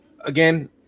Again